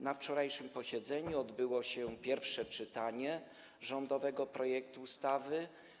Na wczorajszym posiedzeniu odbyło się pierwsze czytanie rządowego projektu ustawy.